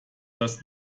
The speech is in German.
das